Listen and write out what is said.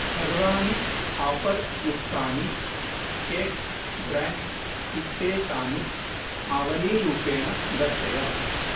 सर्वाणि आफर् युक्तानि cakes brands इत्येतानि आवलीरूपेण दर्शय